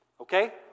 Okay